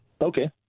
Okay